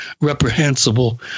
reprehensible